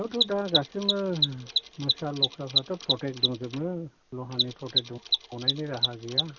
बेयावथ' दा गासैबो मोसा लख्राफ्राथ' प्रटेक्ट दंजोबो लहानि प्रटेक्ट गनायनि राहा गैया